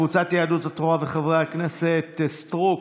קבוצת סיעת יהדות התורה וחברי הכנסת אורית סטרוק,